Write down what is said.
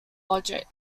logic